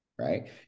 right